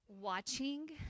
watching